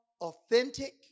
authentic